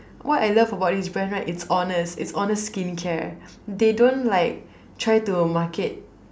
what I love about this brand right it's honest it's honest skincare they don't like try to market